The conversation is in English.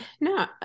No